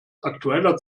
aktueller